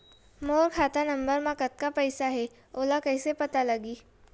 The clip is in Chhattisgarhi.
मोर खाता नंबर मा कतका पईसा हे ओला कइसे पता लगी?